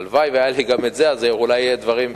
הלוואי שהיה לי גם זה, ואולי דברים,